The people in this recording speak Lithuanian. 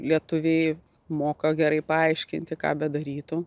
lietuviai moka gerai paaiškinti ką bedarytų